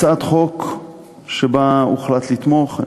הצעת חוק שהוחלט לתמוך בה,